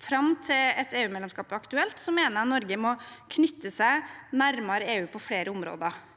Fram til et EUmedlemskap er aktuelt, mener jeg Norge må knytte seg nærmere EU på flere områder.